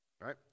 right